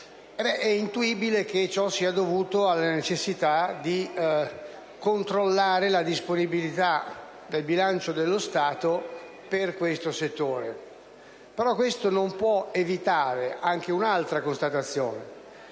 È intuibile che ciò sia dovuto alla necessità di controllare la disponibilità del bilancio dello Stato per tale settore. Questo, però, non può evitare anche un'altra constatazione: